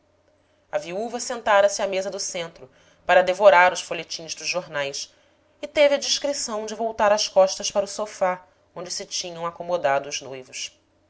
a viúva sentara-se à mesa do centro para devorar os folhetins dos jornais e teve a discrição de voltar as costas para o sofá onde se tinham acomodado os noivos